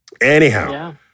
anyhow